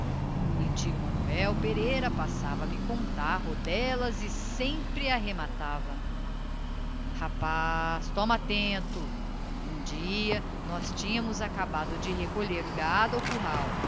e tio manoel pereira passava a me contar rodellas e sempre arrematava rapaz toma tento um dia nós tínhamos acabado de recolher o gado ao curral